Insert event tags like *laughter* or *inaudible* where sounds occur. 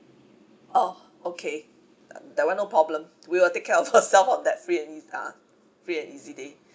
orh okay uh that [one] no problem we will take care of *laughs* ourselves of that free and easy ah free and easy day